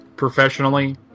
Professionally